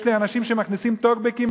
יש לי אנשים שמכניסים טוקבקים,